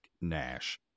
Nash